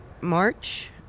March